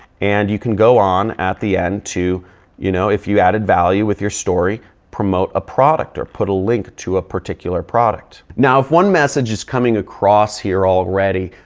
and you can go on at the end to you know, if you added value with your story promote a product or put a link to a particular product. now, if one message is coming across here already,